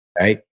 right